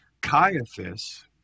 Caiaphas